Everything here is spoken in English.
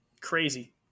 crazy